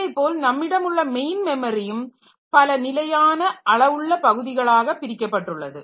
இதேபோல நம்மிடம் உள்ள மெயின் மெமரியும் பல நிலையான அளவுள்ள பகுதிகளாக பிரிக்கப்பட்டுள்ளது